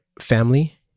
Family